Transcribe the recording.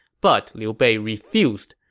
but liu bei refused.